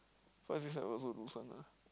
cause this side also lose one lah